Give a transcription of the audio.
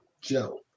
Joe